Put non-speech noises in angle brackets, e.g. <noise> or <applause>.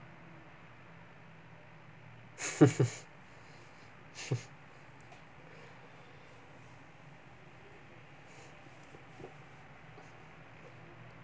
<laughs>